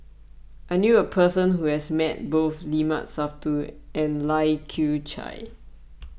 I knew a person who has met both Limat Sabtu and Lai Kew Chai